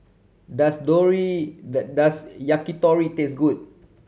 does does Yakitori taste good